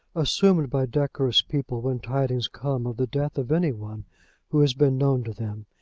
assumed by decorous people when tidings come of the death of any one who has been known to them,